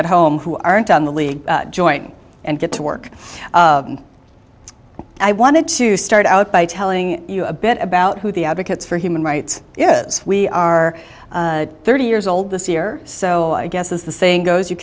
at home who aren't on the league joint and get to work i wanted to start out by telling you a bit about who the advocates for human rights is we are thirty years old this year so i guess as the saying goes you